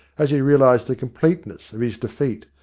as he realised the completeness of his defeat,